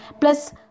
plus